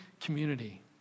community